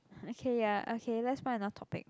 okay ya okay let's find another topic